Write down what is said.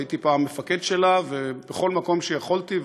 הייתי פעם מפקד שלה ובכל מקום שיכולתי,